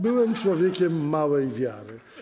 Byłem człowiekiem małej wiary.